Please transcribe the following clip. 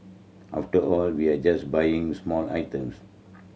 after all we're just buying small items